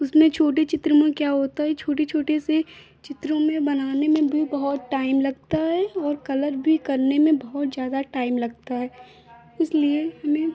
उसमें छोटे चित्र में क्या होता है छोटे छोटे से चित्रों में बनाने में भी बहुत टाइम लगता है और कलर भी करने में बहुत ज़्यादा टाइम लगता है इसलिए हमें